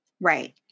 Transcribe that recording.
Right